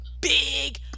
big